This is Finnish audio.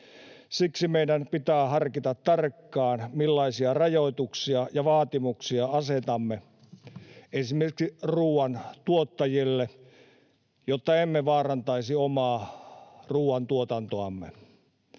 Siksi meidän pitää harkita tarkkaan, millaisia rajoituksia ja vaatimuksia asetamme esimerkiksi ruuantuottajille, jotta emme vaarantaisi omaa ruuantuotantoamme.